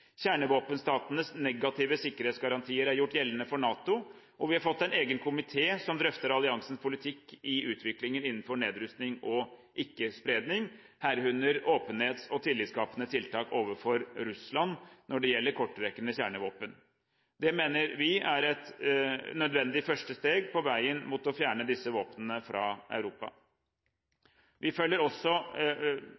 kjernevåpenstatenes negative sikkerhetsgarantier er gjort gjeldende for NATO, og vi har fått en egen komité som drøfter alliansens politikk i utviklingen innenfor nedrustning og ikke-spredning, herunder åpenhet og tillitskapende tiltak overfor Russland når det gjelder kortrekkende kjernevåpen. Det mener vi er et nødvendig første steg på veien mot å fjerne disse våpnene fra Europa.